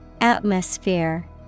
Atmosphere